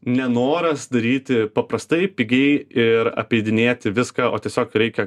nenoras daryti paprastai pigiai ir apeidinėti viską o tiesiog reikia